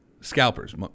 scalpers